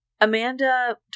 Amanda